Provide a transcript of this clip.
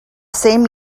same